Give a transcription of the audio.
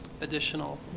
additional